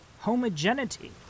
homogeneity